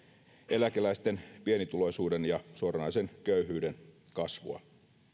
eläkeläisten pienituloisuuden ja suoranaisen köyhyyden kasvua